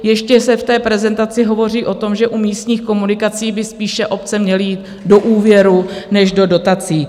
Ještě se v té prezentaci hovoří o tom, že u místních komunikací by spíše obce měly jít do úvěrů než do dotací.